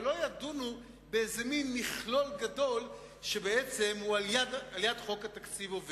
ולא ידונו באיזה מין מכלול גדול שעובר על יד חוק התקציב.